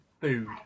Food